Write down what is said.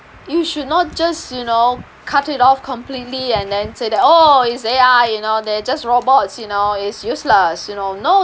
you should not just you know cut it off completely and then say that oh it's A_I you know they're just robots you know it's useless you know no